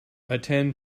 attend